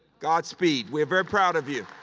godspeed. we're very proud of you.